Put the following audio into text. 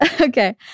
Okay